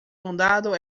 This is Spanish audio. condado